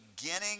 beginning